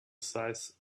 size